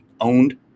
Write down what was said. owned